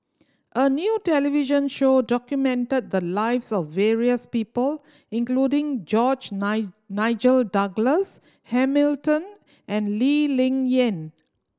a new television show documented the lives of various people including George Nine Nigel Douglas Hamilton and Lee Ling Yen